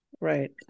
Right